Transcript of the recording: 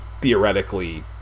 theoretically